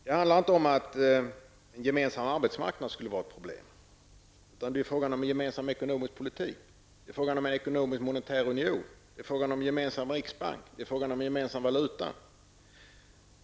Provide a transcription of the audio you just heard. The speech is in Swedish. Det här handlar inte om att den gemensamma arbetsmarknaden skulle vara ett problem, utan det är fråga om en gemensam ekonomisk politik, en ekonomisk monetär union, en gemensam riksbank och en gemensam valuta.